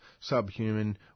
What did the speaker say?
subhuman